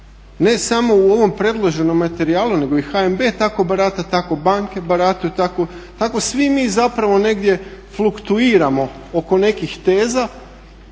ne samo u ovom predloženom materijalu nego i HNB tako barata tako banke barataju, tako svi mi zapravo negdje fluktuiramo oko nekih teza